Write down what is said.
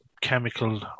chemical